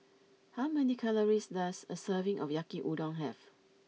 how many calories does a serving of Yaki Udon have